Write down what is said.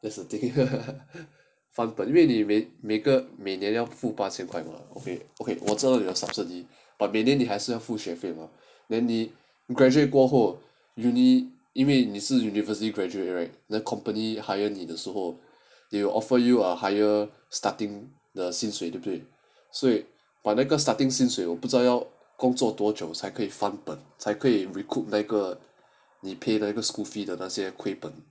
there's 翻本因为你每一个每年要付八千块 mah okay okay 我这里有 subsidy but 每年你还是要付学费 mah then 你 graduate 过后 university 因为你是 university graduate right the company hire 你的时候 they will offer you a higher starting 的薪水对不对所以 but 那个 starting 薪水我不知道要工作多久才可以翻本才可以 recouped 那个你 pay 的那个 school fee 的那些归本